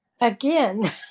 Again